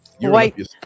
White